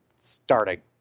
starting